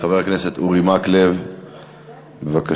חבר הכנסת אורי מקלב, בבקשה.